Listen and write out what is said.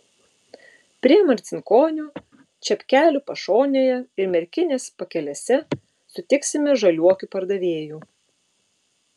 prie marcinkonių čepkelių pašonėje ir merkinės pakelėse sutiksime žaliuokių pardavėjų